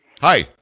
Hi